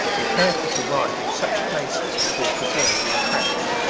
be careful to ride in such places as will preserve your tracks.